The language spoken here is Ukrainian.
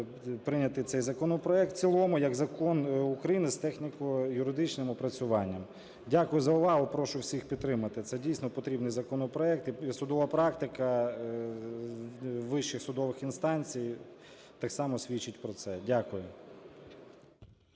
прийняти цей законопроект в цілому як Закон України з техніко-юридичним опрацюванням. Дякую за увагу. Прошу всіх підтримати. Це дійсно потрібний законопроект, і судова практика вищих судових інстанцій так само свідчить про це.